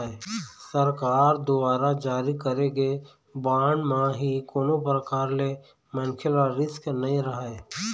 सरकार दुवारा जारी करे गे बांड म ही कोनो परकार ले मनखे ल रिस्क नइ रहय